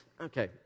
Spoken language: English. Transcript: okay